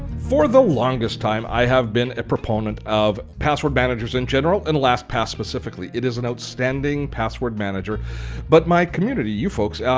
for the longest time, i have been a proponent of password managers in general and lastpass specifically. it is an outstanding password manager but my community, you folks,